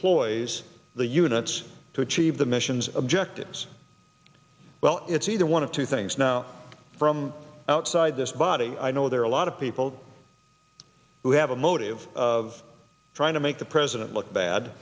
deploys the units to achieve the missions objectives well it's either one of two things now from outside this body i know there are a lot of people who have a motive of trying to make the president look bad